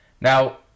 Now